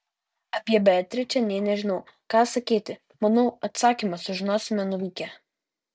o apie beatričę nė nežinau ką sakyti manau atsakymą sužinosime nuvykę